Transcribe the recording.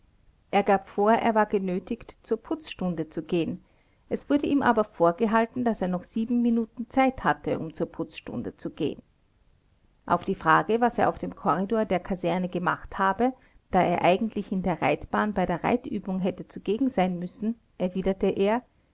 er gab vor er war genötigt zur putzstunde zu gehen es wurde ihm aber vorgehalten daß er noch sieben minuten zeit hatte um zur putzstunde zu gehen auf die frage was er auf dem korridor der kaserne gemacht habe da er eigentlich in der reitbahn bei der reitübung hätte zugegen sein müssen erwiderte er